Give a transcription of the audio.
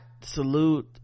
salute